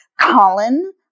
Colin